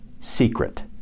secret